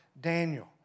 Daniel